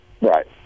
Right